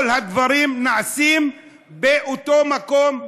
כל הדברים נעשים באותו מקום,